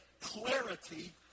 clarity